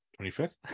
25th